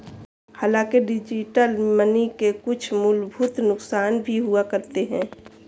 हांलाकि digital money के कुछ मूलभूत नुकसान भी हुआ करते हैं